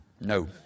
no